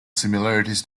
similarities